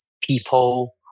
people